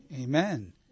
Amen